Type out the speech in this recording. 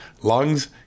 lungs